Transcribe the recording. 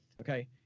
okay